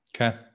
Okay